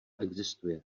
existuje